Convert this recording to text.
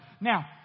Now